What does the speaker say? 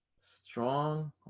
strong